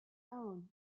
own